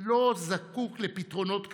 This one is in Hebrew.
לא זקוק לפתרונות כאלה,